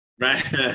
Right